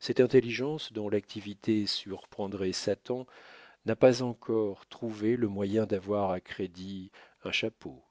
cette intelligence dont l'activité surprendrait satan n'a pas encore trouvé le moyen d'avoir à crédit un chapeau